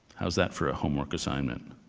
how's that for a homework assignment?